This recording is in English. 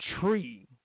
tree